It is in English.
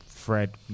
Fred